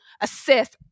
assess